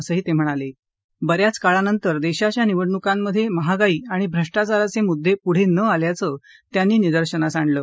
असं ते म्हणाले ब याच काळा नंतर देशाच्या निवडणुकांमधे महागाई आणि भ्रष्टाचाराचे मुद्दे पुढे न आल्याचं त्यांनी निदर्शनास आणलं